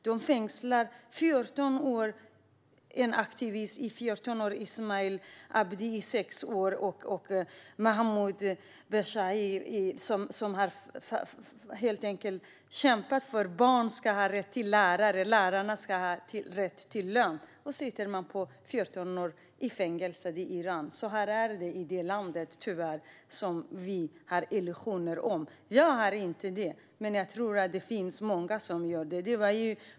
En aktivist, Mahmoud Beheshi, har fått fängelse i 14 år och en annan, Esmail Abdi, i 6 år för att de har kämpat för att barn ska ha rätt till lärare och lärare ska ha rätt till lön. Så är det tyvärr i Iran, som vi har illusioner om. Jag har inte det, men jag tror att många har det.